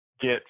get